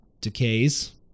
decays